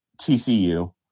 TCU